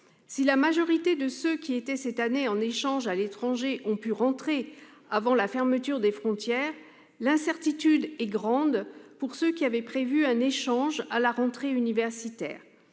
Si la majorité de ceux qui étaient en échange à l'étranger cette année a pu rentrer avant la fermeture des frontières, l'incertitude est grande pour ceux qui avaient prévu un échange pour la prochaine rentrée universitaire.